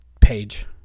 page